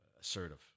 assertive